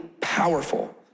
powerful